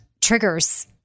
triggers